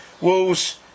Wolves